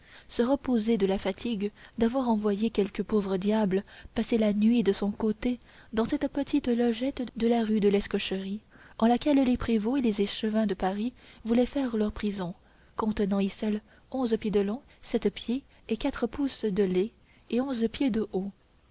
se reposer de la fatigue d'avoir envoyé quelque pauvre diable passer la nuit de son côté dans cette petite logette de la rue de l'escorcherie en laquelle les prévôts et échevins de paris voulaient faire leur prison contenant icelle onze pieds de long sept pieds et quatre pouces de lez et onze pieds de haut